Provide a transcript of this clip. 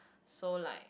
so like